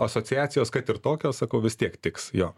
asociacijos kad ir tokios sakau vis tiek tiks jo